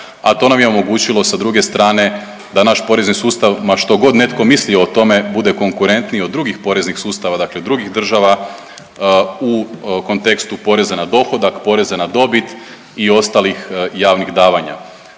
a to nam je omogućilo sa druge strane da naš porezni sustav ma što god netko mislio o tome bude konkurentniji od drugih poreznih sustava, dakle drugih država u kontekstu poreza na dohodak, poreza na dobit i ostalih javnih davanja.